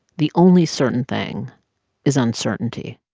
the only certain thing is uncertainty